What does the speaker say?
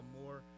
more